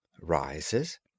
rises